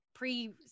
pre